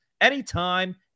anytime